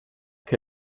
che